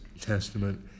testament